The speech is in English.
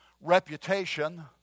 reputation